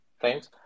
thanks